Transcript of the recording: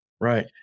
Right